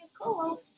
Cool